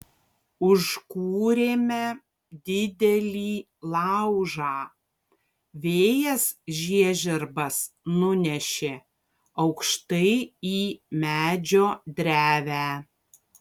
užkūrėme didelį laužą vėjas žiežirbas nunešė aukštai į medžio drevę